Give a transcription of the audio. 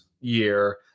year